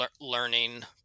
learning